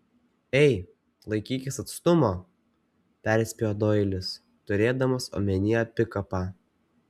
ei laikykis atstumo perspėjo doilis turėdamas omenyje pikapą